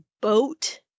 boat